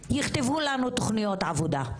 יכתבו לנו תוכניות עבודה.